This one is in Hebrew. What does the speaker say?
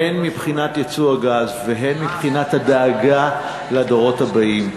הן מבחינת ייצוא הגז והן מבחינת הדאגה לדורות הבאים.